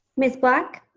ms. black?